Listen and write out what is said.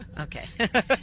Okay